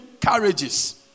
carriages